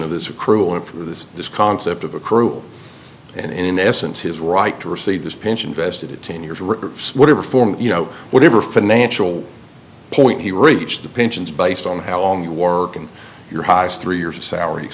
of this a cruel and for this this concept of a cruel and in essence his right to receive this pinch invested ten years or whatever form you know whatever financial point he reached the pensions based on how long you war in your highest three years of salar